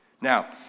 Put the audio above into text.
Now